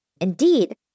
Indeed